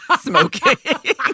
smoking